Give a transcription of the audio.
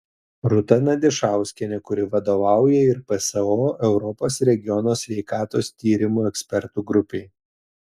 rūta nadišauskienė kuri vadovauja ir pso europos regiono sveikatos tyrimų ekspertų grupei